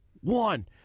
one